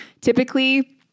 typically